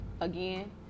again